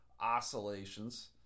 oscillations